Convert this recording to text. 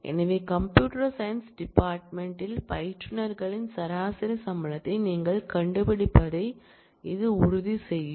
எனவே computer science department யில் பயிற்றுனர்களின் சராசரி சம்பளத்தை நீங்கள் கண்டுபிடிப்பதை இது உறுதி செய்யும்